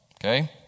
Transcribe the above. okay